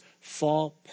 fall